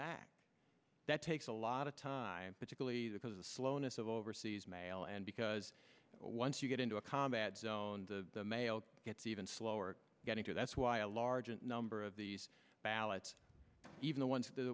back that takes a lot of time particularly because the slowness of overseas mail and because once you get into a combat zone the mail gets even slower getting through that's why a large number of these ballots even the ones that